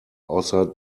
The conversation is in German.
außer